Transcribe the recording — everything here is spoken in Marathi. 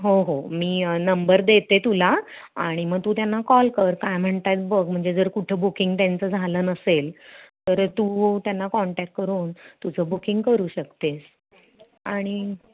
हो हो मी नंबर देते तुला आणि मग तू त्यांना कॉल कर काय म्हणत आहेत बघ म्हणजे जर कुठं बुकिंग त्यांचं झालं नसेल तर तू त्यांना कॉन्टॅक करून तुझं बुकिंग करू शकतेस आणि